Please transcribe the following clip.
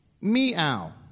Meow